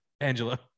Angela